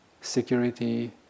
security